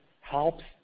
helps